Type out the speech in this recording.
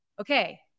Okay